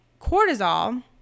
cortisol